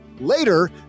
Later